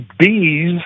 bees